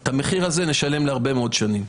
את המחיר הזה נשלם להרבה מאוד שנים.